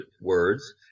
words